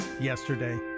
yesterday